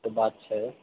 ई तऽ बात छै